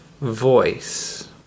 voice